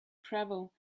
travel